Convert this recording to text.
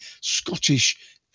Scottish